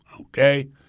okay